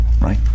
right